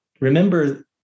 remember